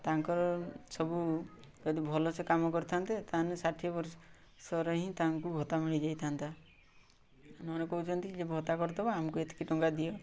ତାଙ୍କର ସବୁ ଯଦି ଭଲସେ କାମ କରିଥାନ୍ତେ ତାହେଲେ ଷାଠିଏ ବର୍ଷରେ ହିଁ ତାଙ୍କୁ ଭତ୍ତା ମିଳିଯାଇଥାନ୍ତା ନହେଲେ କହୁଛନ୍ତି ଯେ ଭତ୍ତା କରିଦେବା ଆମକୁ ଏତିକି ଟଙ୍କା ଦିଅ